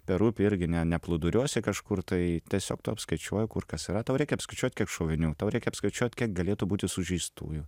per upę irgi ne neplūduriuosi kažkur tai tiesiog tu apskaičiuoji kur kas yra tau reikia apskaičiuot kiek šovinių tau reikia apskaičiuot kiek galėtų būti sužeistųjų